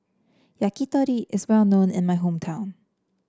yakitori is well known in my hometown